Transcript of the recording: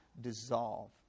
dissolve